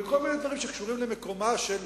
וכל מיני דברים שקשורים למקומה של